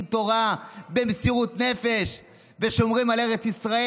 תורה במסירות נפש ושומרים על ארץ ישראל.